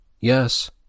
Yes